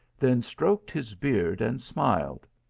then stroked his beard and smiled.